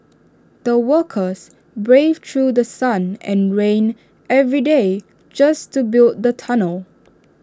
the workers braved through The Sun and rain every day just to build the tunnel